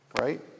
right